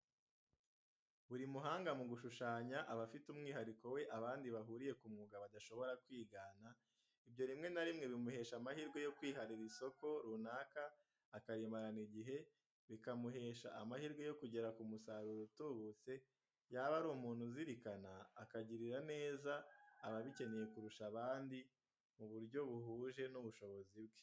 Buri muhanga mu gushushanya aba afite umwihariko we abandi bahuriye ku mwuga badashobora kwigana, ibyo rimwe na rimwe bimuhesha amahirwe yo kwiharira isoko runaka akarimarana igihe, bikamuhesha amahirwe yo kugera ku musaruro utubutse, yaba ari umuntu uzirikana, akagirira neza ababikeneye kurusha abandi, mu buryo buhuje n'ubushobozi bwe.